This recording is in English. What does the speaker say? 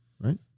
Right